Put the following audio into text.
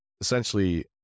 essentially